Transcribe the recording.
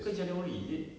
ke january is it